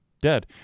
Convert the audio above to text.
dead